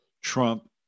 Trump